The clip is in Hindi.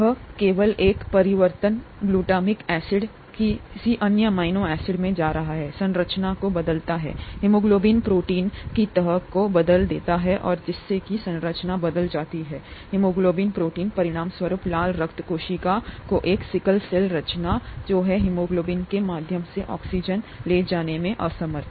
यहाँ केवल एक परिवर्तन ग्लूटामिक एसिड किसी अन्य एमिनो एसिड में जा रहा है संरचना को बदलता है हीमोग्लोबिन प्रोटीन की तह को बदल देता है और जिससे की संरचना बदल जाती है हीमोग्लोबिन प्रोटीन परिणामस्वरूप लाल रक्त कोशिका के एक सिकल सेल संरचना जो है हीमोग्लोबिन के माध्यम से ऑक्सीजन ले जाने में असमर्थ